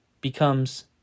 becomes